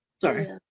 Sorry